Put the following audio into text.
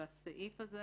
והסעיף הזה